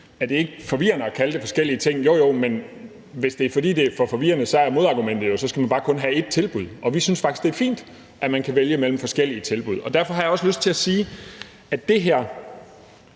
om det ikke er forvirrende at kalde det noget forskelligt, men hvis det er, fordi det er for forvirrende, er modargumentet jo, at man kun skal have et tilbud. Vi synes faktisk, det er fint, at man kan vælge mellem forskellige tilbud. Derfor har jeg også lyst til at sige, at den